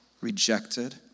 rejected